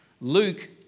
Luke